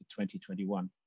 2021